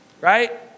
Right